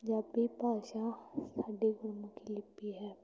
ਪੰਜਾਬੀ ਭਾਸ਼ਾ ਸਾਡੀ ਗੁਰਮੁਖੀ ਲਿਪੀ ਹੈ